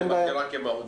מה היא מגדירה כמהותי.